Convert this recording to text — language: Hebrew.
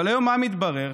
אבל היום מה מתברר?